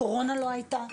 הקורונה לא הייתה.